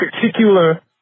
particular